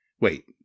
Wait